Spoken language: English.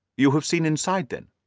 you have seen inside, then?